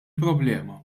problema